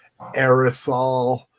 aerosol